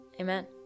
Amen